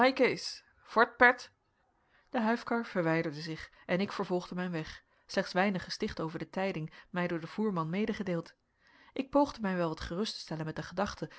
vort pért de huifkar verwijderde zich en ik vervolgde mijn weg slechts weinig gesticht over de tijding mij door den voerman medegedeeld ik poogde mij wel wat gerust te stellen met de gedachte